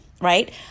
right